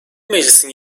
meclisin